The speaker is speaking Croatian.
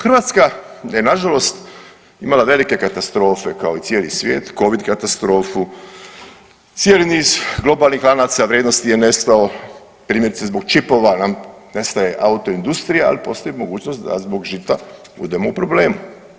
Hrvatska je nažalost imala velike katastrofe kao i cijeli svijet, covid katastrofu, cijeli niz globalnih lanaca vrijednosti je nestalo, primjerice zbog čipova nam nestaje autoindustrija, ali postoji mogućnost da zbog žita budemo u problemi.